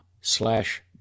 slash